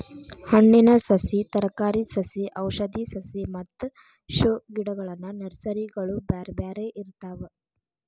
ಹಣ್ಣಿನ ಸಸಿ, ತರಕಾರಿ ಸಸಿ ಔಷಧಿ ಸಸಿ ಮತ್ತ ಶೋ ಗಿಡಗಳ ನರ್ಸರಿಗಳು ಬ್ಯಾರ್ಬ್ಯಾರೇ ಇರ್ತಾವ